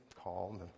calm